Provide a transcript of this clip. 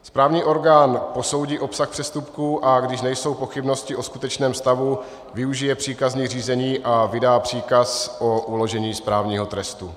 Správní orgán posoudí obsah přestupků, a když nejsou pochybnosti o skutečném stavu, využije příkazní řízení a vydá příkaz o uložení správního trestu.